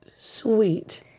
sweet